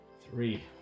Three